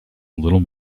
little